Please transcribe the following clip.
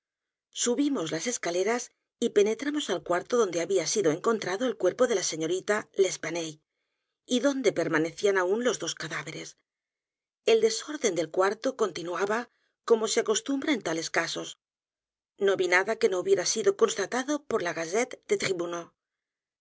subimos las escaleras y penetramos al cuarto donde había sido encontrado el cuerpo de la señorita l'espanaye y donde permanecían aún los dos cadáveres el desorden del cuarto continuaba como se acostumbra en tales casos no vi nada que no hubiera sido constatado por la gazette des